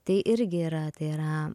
tai irgi yra tai yra